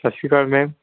ਸਤਿ ਸ਼੍ਰੀ ਅਕਾਲ ਮੈਮ